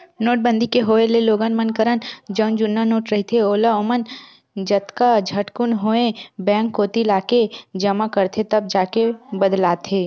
नोटबंदी के होय ले लोगन मन करन जउन जुन्ना नोट रहिथे ओला ओमन जतका झटकुन होवय बेंक कोती लाके जमा करथे तब जाके बदलाथे